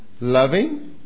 Loving